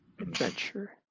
adventure